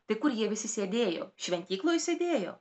tai kur jie visi sėdėjo šventykloj sėdėjo